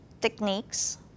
techniques